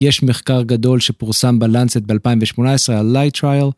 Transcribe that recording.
יש מחקר גדול שפורסם בלאנסט ב-2018 על light trial.